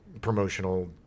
promotional